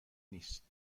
نیست